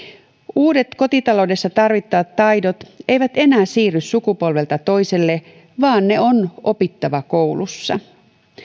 uudet kotitaloudessa tarvittavat taidot eivät enää siirry sukupolvelta toiselle vaan ne on opittava koulussa